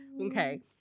Okay